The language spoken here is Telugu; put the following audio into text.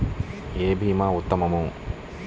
ఏ భీమా ఉత్తమము?